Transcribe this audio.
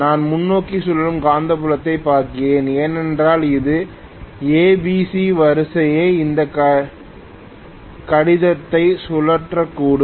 நான் முன்னோக்கி சுழலும் காந்தப்புலத்தைப் பார்க்கிறேன் என்றால் அது ஏபிசி வரிசைக்கு இந்த கடிதத்தை சுழற்றக்கூடும்